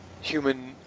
human